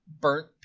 Burnt